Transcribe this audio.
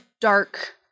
dark